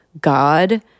God